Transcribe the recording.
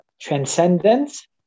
transcendence